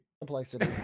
Complexity